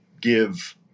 give